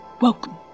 Welcome